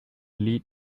lead